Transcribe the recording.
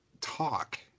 talk